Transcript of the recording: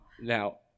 now